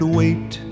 wait